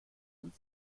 sind